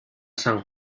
san